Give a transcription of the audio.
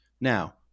Now